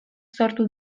sortu